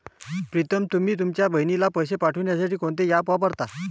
प्रीतम तुम्ही तुमच्या बहिणीला पैसे पाठवण्यासाठी कोणते ऍप वापरता?